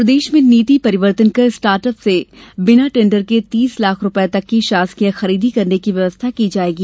प्रदेश में नीति में परिवर्तन कर स्टार्ट अप से बिना टेण्डर के तीस लाख रुपये तक की शासकीय खरीदी करने की व्यवस्था की जायेगी